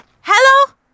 hello